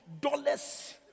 dollars